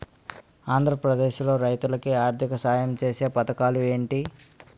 ఆంధ్రప్రదేశ్ లో రైతులు కి ఆర్థిక సాయం ఛేసే పథకాలు ఏంటి?